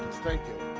thank you.